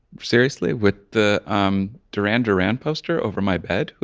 seriously? with the um duran duran poster over my bed?